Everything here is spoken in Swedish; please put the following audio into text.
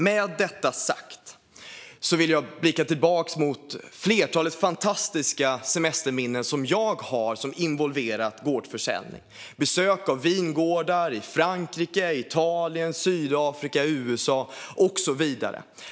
Med detta sagt vill jag blicka tillbaka på de fantastiska semesterminnen jag har och som har involverat gårdsförsäljning vid besök på vingårdar i Frankrike, Italien, Sydafrika, USA och så vidare.